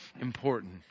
important